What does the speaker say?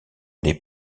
des